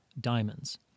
diamonds